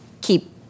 keep